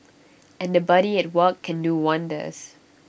and A buddy at work can do wonders